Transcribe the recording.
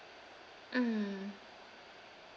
mm